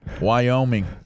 Wyoming